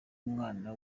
umwana